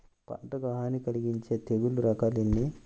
పంటకు హాని కలిగించే తెగుళ్ళ రకాలు ఎన్ని?